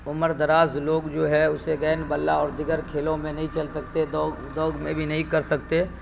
عمر دراز لوگ جو ہے اسے گین بلہ اور دیگر کھیلوں میں نہیں چل سکتے دوڑ میں بھی نہیں کر سکتے